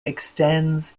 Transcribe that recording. extends